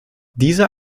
dieser